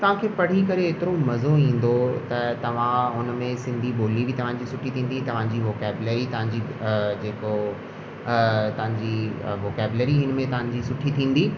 तव्हांखे पढ़ी करे एतिरो मज़ो ईंदो त तव्हां हुन में सिंधी ॿोली बि तव्हांजी सुठी थींदी तव्हांजी वोकैबलरी तव्हांजी जेको तव्हांजी वोकैबलरी हिन में तव्हांजी सुठी थींदी